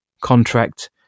contract